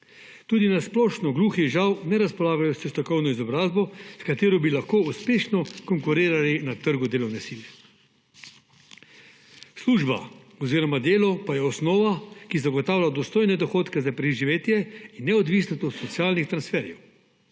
Tudi na splošno gluhi žal ne razpolagajo s strokovno izobrazbo, s katero bi lahko uspešno konkurirali na trgu delovne sile. Služba oziroma delo pa je osnova, ki zagotavlja dostojne dohodke za preživetje in neodvisnost od socialnih transferjev.